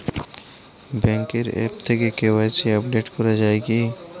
ব্যাঙ্কের আ্যপ থেকে KYC update করা যায় কি?